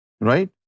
right